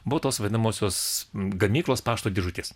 buvo tos vadinamosios gamyklos pašto dėžutės